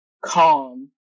calm